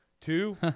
Two